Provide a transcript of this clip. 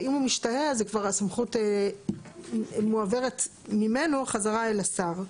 ואם הוא משתהה אז הסמכות מועברת ממנו חזרה אל השר.